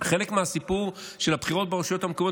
וחלק מהסיפור של הבחירות ברשויות המקומיות